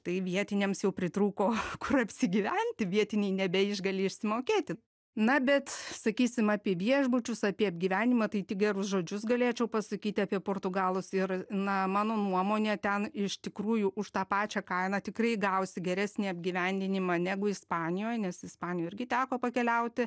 tai vietiniams jau pritrūko kur apsigyventi vietiniai nebeišgali išsimokėti na bet sakysim apie viešbučius apie apgyvendinimą tai tik gerus žodžius galėčiau pasakyti apie portugalus ir na mano nuomone ten iš tikrųjų už tą pačią kainą tikrai gausi geresnį apgyvendinimą negu ispanijoj nes ispanijoj irgi teko pakeliauti